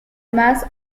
mass